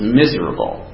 miserable